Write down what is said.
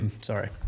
sorry